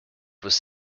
was